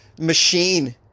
machine